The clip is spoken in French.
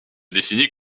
définit